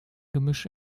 gemisch